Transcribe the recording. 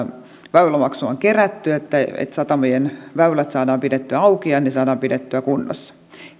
väylämaksua on kerätty että satamien väylät saadaan pidettyä auki ja ne saadaan pidettyä kunnossa